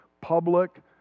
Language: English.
public